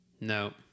No